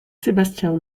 sébastien